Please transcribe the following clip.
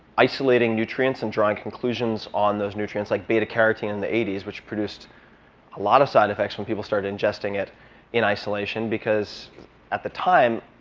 isolating nutrients and drawing conclusions on those nutrients, like beta carotene in the eighty s, which produced a lot of side effects when people started ingesting it in isolation. because at the time,